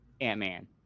Ant-Man